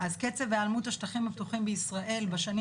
אז קצב היעלמות השטחים הפתוחים בישראל בשנים